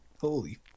Holy